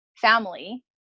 family